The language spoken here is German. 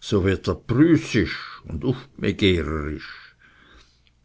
so wird er prüßisch und ufbigehrisch